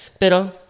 Pero